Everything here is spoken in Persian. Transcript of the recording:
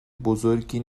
بزرگی